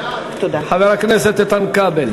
חבר הכנסת איתן כבל.